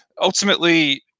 ultimately